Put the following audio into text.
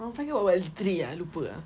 one five ke one three ah lupa ah